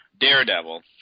Daredevil